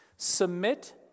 Submit